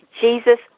Jesus